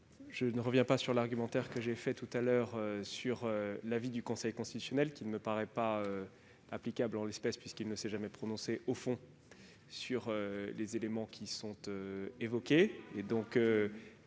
Je ne reviens pas sur l'argumentaire que j'ai déroulé sur l'avis du Conseil constitutionnel. Ce dernier ne me paraît pas applicable en l'espèce, puisque le Conseil ne s'est jamais prononcé au fond sur les éléments qui sont évoqués.